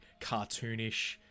cartoonish